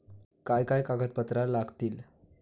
काय काय कागदपत्रा लागतील?